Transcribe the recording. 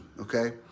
Okay